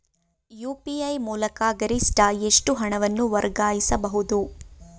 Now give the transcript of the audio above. UPI ಮೂಲಕ ಗರಿಷ್ಠ ಎಷ್ಟು ಹಣವನ್ನು ವರ್ಗಾಯಿಸಬಹುದು?